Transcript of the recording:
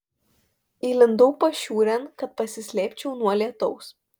įlindau pašiūrėn kad pasislėpčiau nuo lietaus